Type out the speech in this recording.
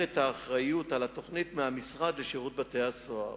את האחריות לתוכנית מהמשרד לשירות בתי-הסוהר,